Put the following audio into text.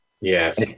yes